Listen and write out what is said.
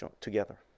together